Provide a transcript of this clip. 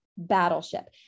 battleship